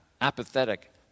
apathetic